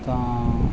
ਤਾਂ